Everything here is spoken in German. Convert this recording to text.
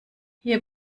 hier